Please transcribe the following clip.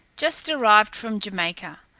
just arrived from jamaica.